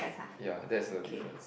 ya that's the difference